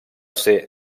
ser